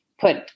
put